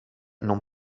non